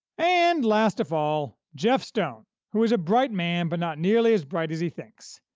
and, last of all, geoff stone, who is a bright man but not nearly as bright as he thinks,